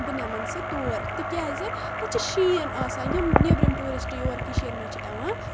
بہِ نمن سُہ تور تہِ کیاز تتہِ چھُ شین آسان یم نٮ۪برٕم ٹیورشٹ یور کشیر منٛز چھِ یِوان